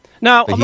Now